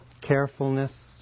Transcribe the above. carefulness